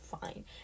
fine